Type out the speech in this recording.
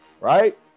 right